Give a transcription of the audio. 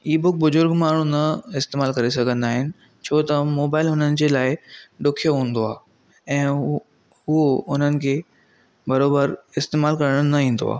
ई book बुर्जु़ग माण्हू न इस्तैमालु करे सघंदा आहिनि छो त मोबाइल हुननि जे लाइ ॾुख्यो हूंदो आहे ऐं उहो हुननि खे बरोबर इस्तैमालु करणु न ईंदो आहे